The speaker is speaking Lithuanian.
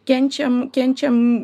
kenčiam kenčiam